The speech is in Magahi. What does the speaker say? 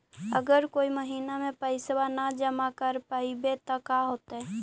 अगर कोई महिना मे पैसबा न जमा कर पईबै त का होतै?